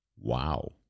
Wow